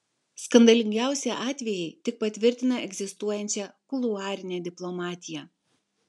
skandalingiausi atvejai tik patvirtina egzistuojančią kuluarinę diplomatiją